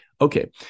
Okay